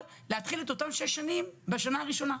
להתחיל את אותן שש שנים בשנה הראשונה.